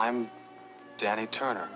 i'm danny turner